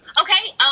Okay